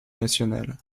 nationale